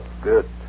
Good